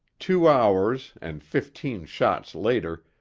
two hours and fifteen shots later,